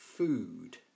food